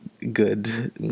good